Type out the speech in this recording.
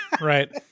Right